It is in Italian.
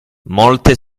molto